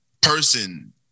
person